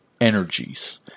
energies